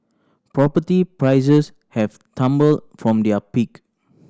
property prices have tumbled from their peak